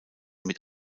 mit